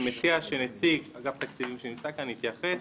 אני מציע שנציג אגף תקציבים שנמצא כאן יתייחס